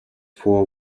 four